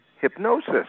hypnosis